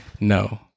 no